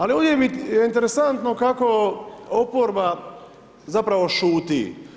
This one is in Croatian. Ali, ovdje mi je interesantno, kako oporba zapravo šuti.